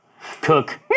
cook